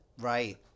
Right